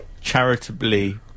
charitably